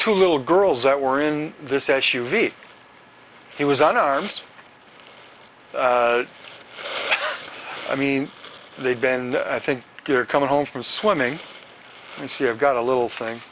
two little girls that were in this s u v he was on arms i mean they've been i think you're coming home from swimming and see i've got a little thing